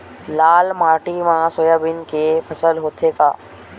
लाल माटी मा सोयाबीन के फसल होथे का?